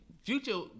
Future